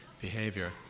behavior